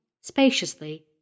spaciously